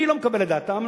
אני לא מקבל את דעתם.